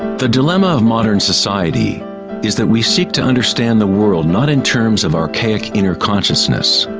the dilemma of modern society is that we seek to understand the world, not in terms of archaic inner consciousness,